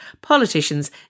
politicians